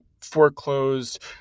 foreclosed